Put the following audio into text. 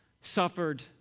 suffered